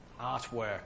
artwork